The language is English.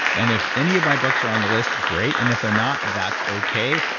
and if any of my books are on the list, great, and if they're not that's okay,